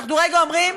אנחנו רגע אומרים: